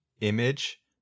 image